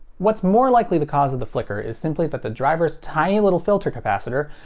what's more likely the cause of the flicker is simply that the driver's tiny little filter capacitor,